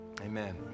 Amen